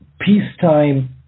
peacetime